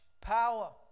power